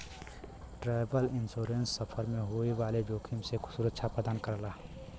travel insurance सफर में होए वाले जोखिम से सुरक्षा प्रदान करला